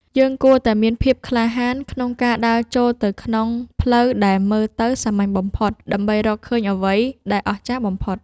យើងគួរតែមានភាពក្លាហានក្នុងការដើរចូលទៅក្នុងផ្លូវដែលមើលទៅសាមញ្ញបំផុត ដើម្បីរកឃើញអ្វីដែលអស្ចារ្យបំផុត។